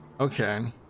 Okay